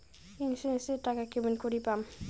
Insurance এর টাকা কেমন করি পাম?